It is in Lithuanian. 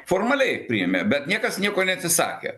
formaliai priėmė bet niekas nieko neatsisakė